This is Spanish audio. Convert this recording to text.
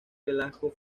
velasco